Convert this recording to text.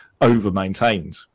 over-maintained